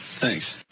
Thanks